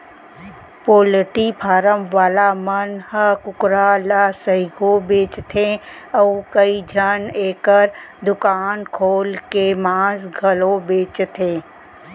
poultry farm वाला मन ह कुकरा ल सइघो बेचथें अउ कइझन एकर दुकान खोल के मांस घलौ बेचथें